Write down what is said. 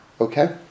Okay